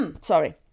Sorry